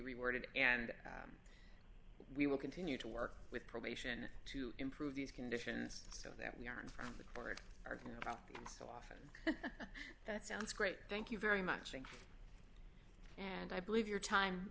reworded and we will continue to work with probation to improve these conditions so that we aren't from the court arguing about the next often that sounds great thank you very much and i believe your time